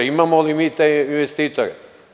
Imamo li mi te investitore?